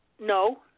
No